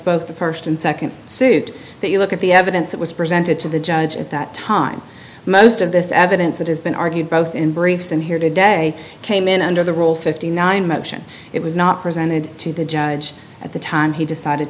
both the first and second suit that you look at the evidence that was presented to the judge at that time most of this evidence that has been argued both in briefs and here today came in under the rule fifty nine motion it was not presented to the judge at the time he decided